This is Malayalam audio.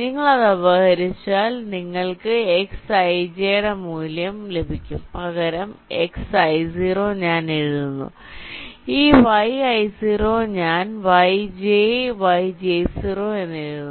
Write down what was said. നിങ്ങൾ അത് പരിഹരിച്ചാൽ നിങ്ങൾക്ക് xij ന്റെ മൂല്യം ലഭിക്കും പകരം ഈ xi0 ഞാൻ എഴുതുന്നു ഈ yi0 ഞാൻ yj yj0 എഴുതുന്നു